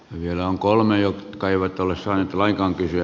vielä on kolme jotka eivät ole saaneet lainkaan kysyä